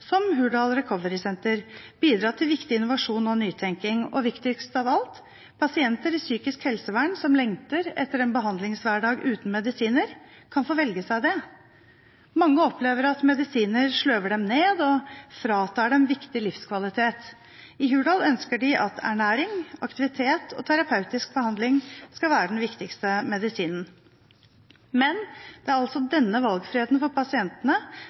I Hurdal ønsker de at ernæring, aktivitet og terapeutisk behandling skal være den viktigste medisinen. Men det er altså denne valgfriheten for pasientene,